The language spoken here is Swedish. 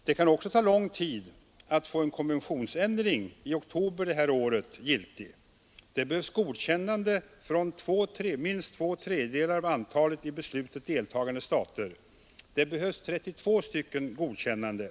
Det kan också ta lång tid att få en konventionsändring i oktober i år giltig. Det behövs godkännande från minst två tredjedelar av antalet i beslutet deltagande stater. Det behövs alltså minst 32 godkännanden.